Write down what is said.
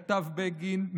כתב בגין,